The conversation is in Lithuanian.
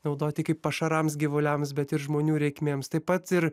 naudoti kaip pašarams gyvuliams bet ir žmonių reikmėms taip pat ir